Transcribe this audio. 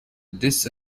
dis